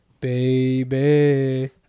baby